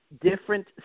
Different